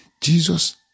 Jesus